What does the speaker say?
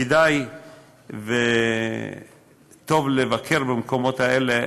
כדאי וטוב לבקר המקומות האלה.